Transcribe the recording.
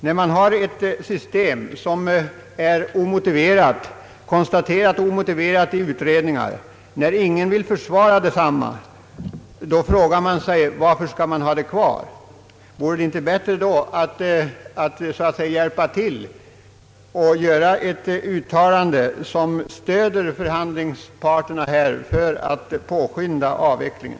När man har ett system som i utredningar konstaterats vara omotiverat och när ingen vill försvara detta system, då frågar man sig: Varför skall man ha det kvar? Vore det då inte bättre att hjälpa till och göra ett uttalande som stöder förhandlingsparterna och påskyndar avvecklingen?